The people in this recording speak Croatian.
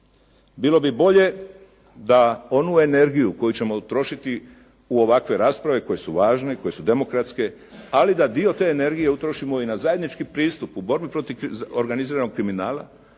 Bilo bi bolje da onu energiju koje ćemo utrošiti u ovakve rasprave koje su važne, koje su demokratske ali da dio te energije utrošimo i na zajednički pristup u borbi protiv organiziranog kriminala,